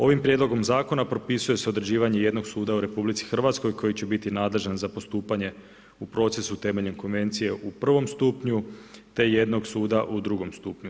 Ovim prijedlogom zakona propisuje se određivanje jednog suda u RH koji će biti nadležan za postupanje u procesu temeljen konvencije u prvom stupnju te jednog suda u drugom stupnju.